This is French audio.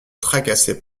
tracassait